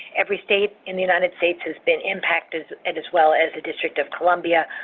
every state in the united states has been impacted and as well as the district of columbia,